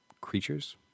creatures